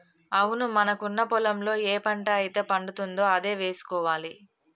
అవును మనకున్న పొలంలో ఏ పంట అయితే పండుతుందో అదే వేసుకోవాలి